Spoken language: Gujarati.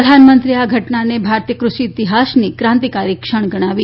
પ્રધાનમંત્રીએ આ ઘટનાને ભારતીય કૃષિ ઇતિહાસની ક્રાંતીકારી ક્ષણ ગણાવી